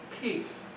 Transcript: peace